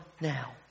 now